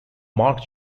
mark